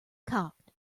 cocked